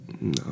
No